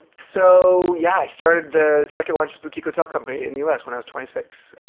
so, yeah. i started the second largest boutique hotel company in the u s. when i was twenty six,